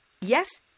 Yes